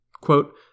Quote